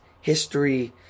history